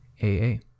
A-A